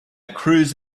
cruise